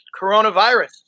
coronavirus